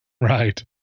Right